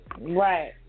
Right